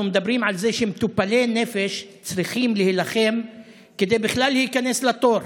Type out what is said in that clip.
אנחנו מדברים על זה שמטופלי נפש צריכים להילחם כדי בכלל להיכנס לתור,